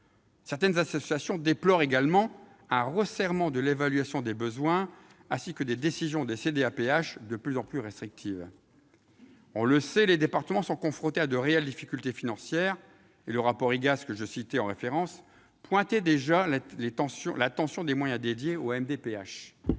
Certaines associations déplorent également un resserrement de l'évaluation des besoins, ainsi que des décisions des CDAPH de plus en plus restrictives. On le sait, les départements sont confrontés à de réelles difficultés financières, et le rapport de l'IGAS, que je citais en référence, pointait déjà la tension des moyens dédiés aux MDPH.